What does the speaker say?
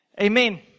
Amen